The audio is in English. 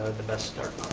the best start